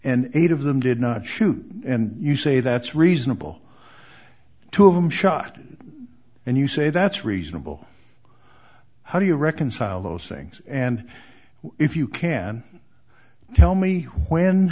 and eight of them did not shoot and you say that's reasonable two of them shot and you say that's reasonable how do you reconcile those things and if you can tell me when